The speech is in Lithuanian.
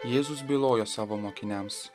jėzus bylojo savo mokiniams